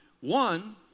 One